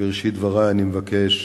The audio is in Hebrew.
בראשית דברי אני מבקש